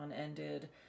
ended